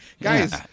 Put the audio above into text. guys